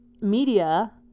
media